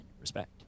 respect